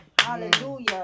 Hallelujah